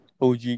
OG